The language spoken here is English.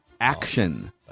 action